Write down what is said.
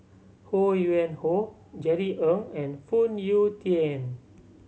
Ho Yuen Hoe Jerry Ng and Phoon Yew Tien